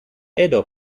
edo